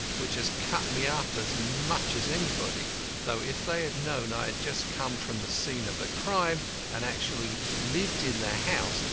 which has cut me up as much as anybody though if they had known i had just come from the scene of the crime and actually lived in the house,